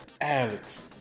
Alex